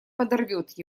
подорвет